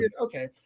okay